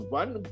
one